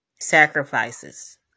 sacrifices